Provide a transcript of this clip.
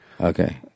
Okay